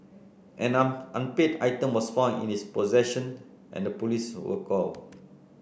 an an unpaid item was found in his possession and the police were called